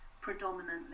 predominantly